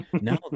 no